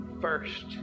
first